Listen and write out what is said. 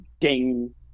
ding